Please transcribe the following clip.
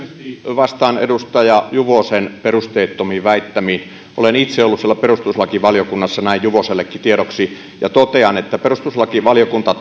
vastaan edustaja juvosen perusteettomiin väittämiin olen itse ollut siellä perustuslakivaliokunnassa näin juvosellekin tiedoksi ja totean että perustuslakivaliokunta